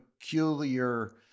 peculiar